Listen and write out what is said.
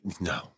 no